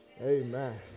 Amen